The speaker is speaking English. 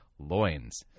loins